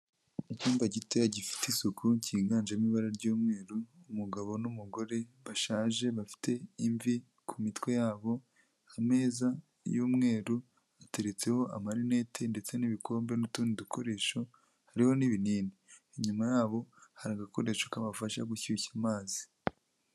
Icyumba gitoya gifite isuku cyiganjemo ibara ry'umweru, umugabo n'umugore bashaje bafite imvi ku mitwe yabo, ameza y'umweru ateretseho amarinete ndetse n'ibikombe n'utundi dukoresho hariho n'ibinini, inyuma yabo hari agakoresho kabafasha gushyushya amazi.